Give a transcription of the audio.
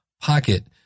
pocket